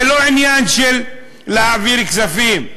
זה לא עניין של להעביר כספים.